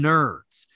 Nerds